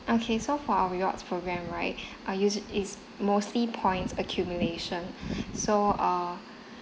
okay so for our rewards program right err usu~ is mostly points accumulation so err